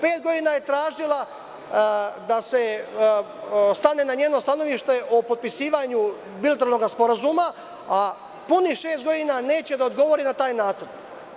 Pet godina je tražila da se stane na njeno stanovište o potpisivanju bilateralnog sporazuma, a punih šest godina neće da odgovori na taj nacrt.